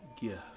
gift